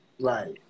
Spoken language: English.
Right